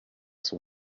son